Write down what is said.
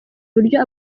uburyo